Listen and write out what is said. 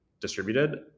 distributed